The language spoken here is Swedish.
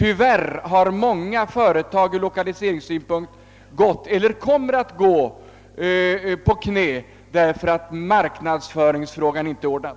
Ur lokaliseringssynpunkt har tyvärr många företag gått på knä därför att marknadsföringen inte varit ordnad.